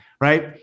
Right